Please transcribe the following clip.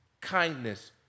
kindness